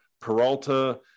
Peralta